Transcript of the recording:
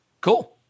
cool